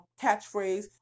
catchphrase